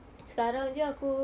sekarang jer aku